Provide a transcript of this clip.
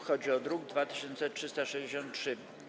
Chodzi o druk nr 2363.